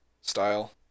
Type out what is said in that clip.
style